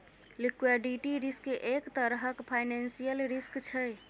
liquidity risk एक तरहक financial risk छै